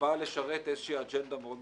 שבאה לשרת אג'נדה מאוד מסוימת.